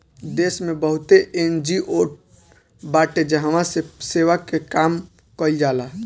देस में बहुते एन.जी.ओ बाटे जहवा पे सेवा के काम कईल जाला